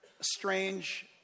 strange